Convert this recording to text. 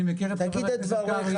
אני מכיר את חבר הכנסת קרעי,